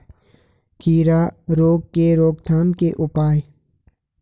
खीरा रोग के रोकथाम के उपाय?